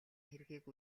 хэргийг